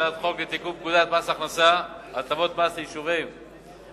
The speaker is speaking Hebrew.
הצעת חוק לתיקון פקודת מס הכנסה (הטבות מס לתושבי יישובים בגולן),